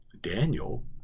Daniel